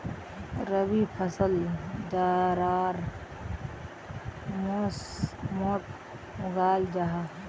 रबी फसल जाड़ार मौसमोट उगाल जाहा